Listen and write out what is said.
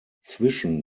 zwischen